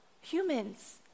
humans